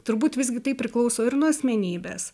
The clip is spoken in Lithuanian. turbūt visgi tai priklauso ir nuo asmenybės